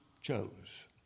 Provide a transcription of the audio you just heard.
chose